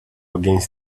against